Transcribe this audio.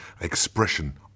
expression